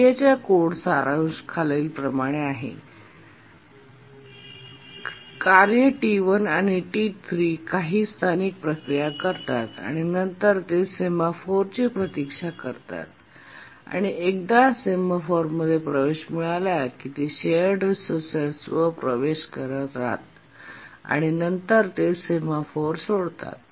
प्रक्रिये च्या कोडचा सारांश खालीलप्रमाणे आहे जेथे कार्य T1 आणि T3 काही स्थानिक प्रक्रिया करतात आणि नंतर ते सेमफॉरची प्रतीक्षा करतात आणि एकदा त्यांना सेमॅफोरमध्ये प्रवेश मिळाला की ते शेअर्ड रिसोर्सेसवर प्रवेश करतात आणि नंतर ते सेमफॉर सोडतात